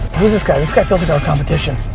who's this guy? this guy feels like our competition.